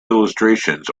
illustrations